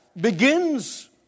begins